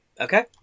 Okay